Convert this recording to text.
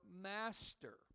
master